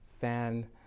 fan